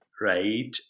right